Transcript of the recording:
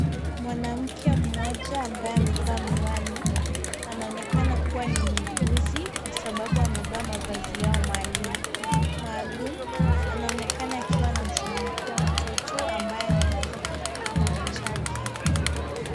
Mwanamke mmoja, ambaye amevaa miwani, anaonekana kuwa ni muuguzi kwa sababu, amevaa mavazi yao maalum. Anaonekana akiwa anamshughulikia mtoto ambaye amelazwa kwenye kitanda chake.